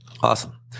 Awesome